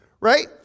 Right